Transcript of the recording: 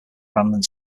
abandoned